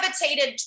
gravitated